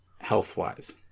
health-wise